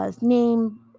name